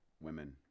women